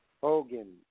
Hogan